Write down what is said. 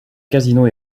casino